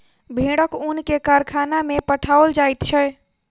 भेड़क ऊन के कारखाना में पठाओल जाइत छै